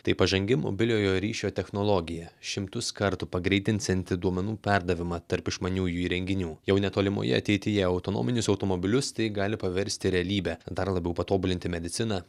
tai pažangi mobiliojo ryšio technologija šimtus kartų pagreitinsiantį duomenų perdavimą tarp išmaniųjų įrenginių jau netolimoje ateityje autonominius automobilius tai gali paversti realybe dar labiau patobulinti mediciną